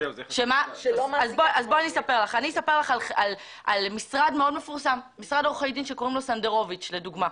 אספר על משרד עורכי דין מפורסם בשם "סנדרוביץ".